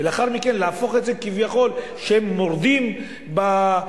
ואחר כך להפוך את זה כביכול שהם מורדים במשטרה,